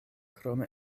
krome